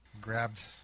grabbed